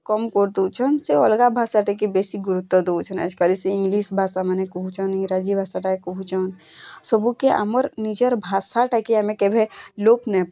କମ୍ କରିଦଉଛନ୍ ସେ ଅଲଗା ଭାଷାଟା କେ ବେଶୀ ଗୁରୁତ୍ଵ ଦଉଛନ୍ ଆଜିକାଲି ସେ ଇଗ୍ଲିଶ୍ ଭାଷାମାନେ କହୁଛନ୍ ଇଂରାଜୀ ଭାଷାଟା କହୁଚନ୍ ସବୁକେ ଆମର୍ ନିଜର୍ ଭାଷାଟା କେ ଆମେ କେଭେ ଲୋପ୍ ନେଇଁ